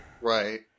Right